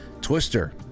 Twister